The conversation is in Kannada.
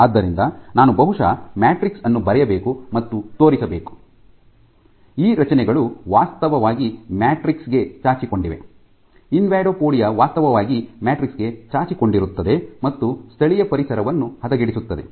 ಆದ್ದರಿಂದ ನಾನು ಬಹುಶಃ ಮ್ಯಾಟ್ರಿಕ್ಸ್ ಅನ್ನು ಬರೆಯಬೇಕು ಮತ್ತು ತೋರಿಸಬೇಕು ಈ ರಚನೆಗಳು ವಾಸ್ತವವಾಗಿ ಮ್ಯಾಟ್ರಿಕ್ಸ್ ಗೆ ಚಾಚಿಕೊಂಡಿವೆ ಇನ್ವಾಡೋಪೊಡಿಯಾ ವಾಸ್ತವವಾಗಿ ಮ್ಯಾಟ್ರಿಕ್ಸ್ ಗೆ ಚಾಚಿಕೊಂಡಿರುತ್ತದೆ ಮತ್ತು ಸ್ಥಳೀಯ ಪರಿಸರವನ್ನು ಹದಗೆಡಿಸುತ್ತದೆ